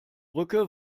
brücke